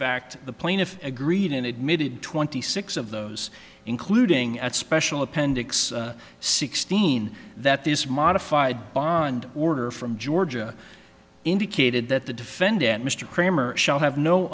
fact the plaintiff agreed and admitted twenty six of those including at special appendix sixteen that this modified bond order from georgia indicated that the defendant mr cramer shall have no